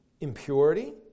Impurity